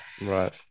Right